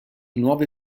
nuove